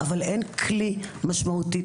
אבל אין כלי משמעותי.